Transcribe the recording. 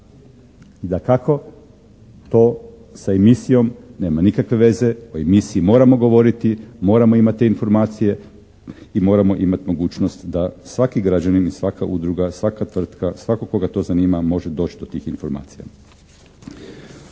Dakako to sa emisijom nema nikakve veze, o emisiji moramo govoriti, moramo imati te informacije i moramo imat mogućnost da svaki građanin i svaka udruga, svaka tvrtka, svatko koga to zanima može doći do tih informacija.